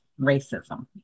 racism